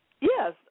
Yes